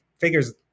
figures